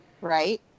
Right